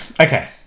okay